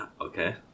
Okay